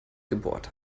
gebohrt